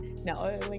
No